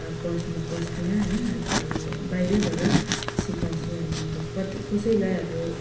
अब पस्नु त पस्दिनँ होइन अब बाहिरैबाट सिकाउँछु अनि अब कति कसैलाई अब